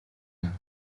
байна